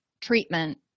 treatment